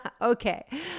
Okay